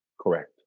correct